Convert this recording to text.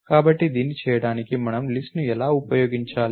కాబట్టి దీన్ని చేయడానికి మనము లిస్ట్ ను ఎలా ఉపయోగించాలి